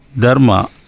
dharma